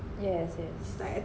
yes yes